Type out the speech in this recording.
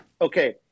Okay